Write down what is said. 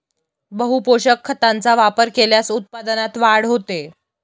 बहुपोषक खतांचा वापर केल्यास उत्पादनात वाढ होते